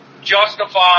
justify